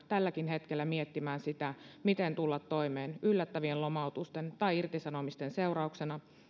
tälläkin hetkellä miettimään sitä miten tulla toimeen yllättävien lomautusten tai irtisanomisten seurauksena